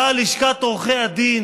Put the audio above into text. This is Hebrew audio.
באה לשכת עורכי הדין